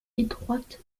étroite